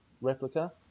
replica